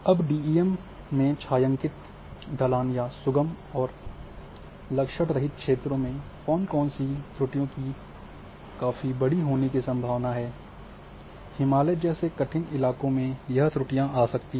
अब डीईएम में छायांकित ढलान या सुगम और लक्षण रहित क्षेत्रों में कौन सी त्रुटियों की काफी बड़ी होने की संभावना है हिमालय जैसे कठिन इलाकों में यह त्रुटियां आ सकती हैं